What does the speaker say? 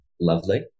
lovely